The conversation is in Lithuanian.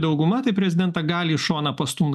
dauguma tai prezidentą gali į šoną pastumt